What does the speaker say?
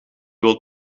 wilt